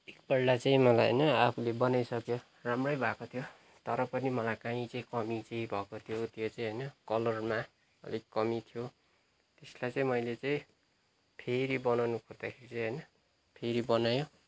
एकपल्ट चाहिँ मलाई होइन आफूले बनाइसक्यो राम्रै भएको थियो तरपनि मलाई कहीँ चाहिँ कमी चाहिँ भएको थियो त्यो चाहिँ होइन कलरमा अलिक कमी थियो त्यसलाई चाहिँ मैले चाहिँ फेरि बनाउन खोज्दाखेरि चाहिँ होइन फेरि बनायो